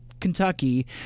kentucky